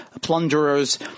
plunderers